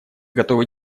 готовы